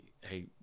hey